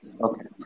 Okay